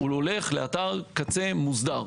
הוא הולך לאתר קצה מוסדר.